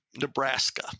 Nebraska